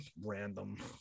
random